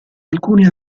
alcuni